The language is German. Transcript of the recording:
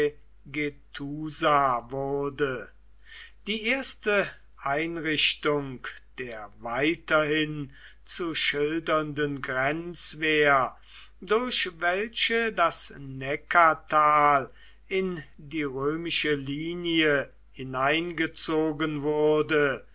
die erste einrichtung der weiterhin zu schildernden grenzwehr durch welche das neckartal in die römische linie hineingezogen wurde